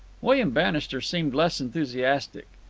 william bannister seemed less enthusiastic.